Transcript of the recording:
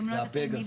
גם לא את התלמידים.